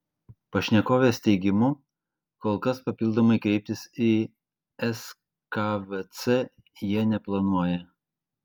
pašnekovės teigimu kol kas papildomai kreiptis į skvc jie neplanuoja